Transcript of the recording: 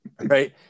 Right